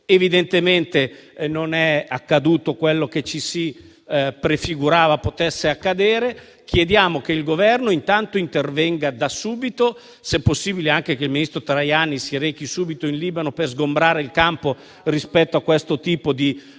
Evidentemente non è accaduto quello che ci si prefigurava potesse accadere. Chiediamo che il Governo intervenga subito e, se è possibile anche che il ministro Tajani si rechi in Libano per sgombrare il campo rispetto a questa